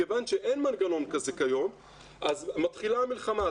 מכיוון שאין מנגנון תקציבי כזה היום אז מתחילה מלחמה,